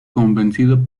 convencido